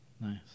Nice